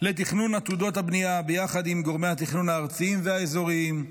לתכנון עתודות הבנייה ביחד עם גורמי התכנון הארציים והאזוריים,